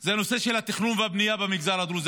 זה הנושא של התכנון והבנייה במגזר הדרוזי.